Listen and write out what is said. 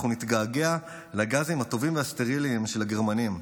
אנחנו נתגעגע לגזים הטובים והסטריליים של הגרמנים",